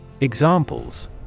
Examples